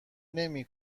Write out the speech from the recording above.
نمی